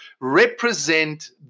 represent